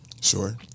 Sure